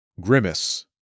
Grimace